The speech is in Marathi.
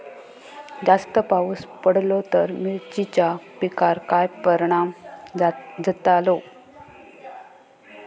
जास्त पाऊस पडलो तर मिरचीच्या पिकार काय परणाम जतालो?